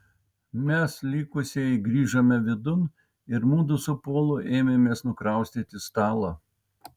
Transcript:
mes likusieji grįžome vidun ir mudu su polu ėmėmės nukraustyti stalą